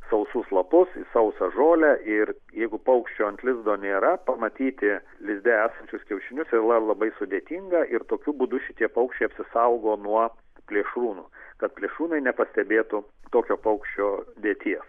sausus lapus į sausą žolę ir jeigu paukščio ant lizdo nėra pamatyti lizde esančius kiaušinius labai yra sudėtinga ir tokiu būdu šitie paukščiai apsisaugo nuo plėšrūnų kad plėšrūnai nepastebėtų tokio paukščio dėties